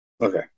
Okay